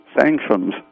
sanctions